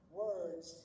words